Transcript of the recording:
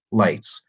lights